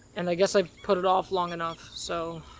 and, i guess, i've put it off long enough, so.